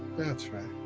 that's right.